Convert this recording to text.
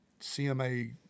CMA